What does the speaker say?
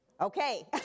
Okay